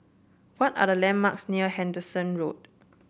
what are the landmarks near Henderson Road